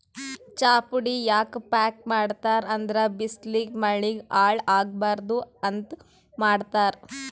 ಚಾಪುಡಿ ಯಾಕ್ ಪ್ಯಾಕ್ ಮಾಡ್ತರ್ ಅಂದ್ರ ಬಿಸ್ಲಿಗ್ ಮಳಿಗ್ ಹಾಳ್ ಆಗಬಾರ್ದ್ ಅಂತ್ ಮಾಡ್ತಾರ್